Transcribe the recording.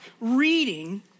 reading